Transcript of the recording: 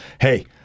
hey